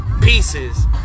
pieces